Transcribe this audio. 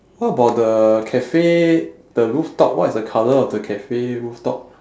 what about the cafe the rooftop what is the colour of the cafe rooftop